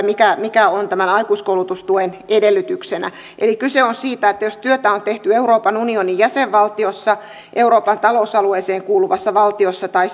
mikä mikä on tämän aikuiskoulutustuen edellytyksenä eli kyse on siitä että jos työtä on tehty euroopan unionin jäsenvaltiossa euroopan talousalueeseen kuuluvassa valtiossa tai